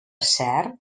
cert